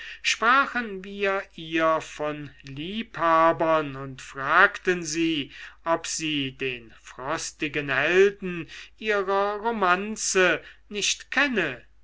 sprachen wir ihr von liebhabern und fragten sie ob sie den frostigen helden ihrer romanze nicht kenne